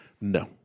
No